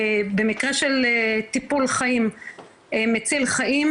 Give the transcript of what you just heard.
במקרה של טיפול מציל חיים,